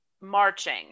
marching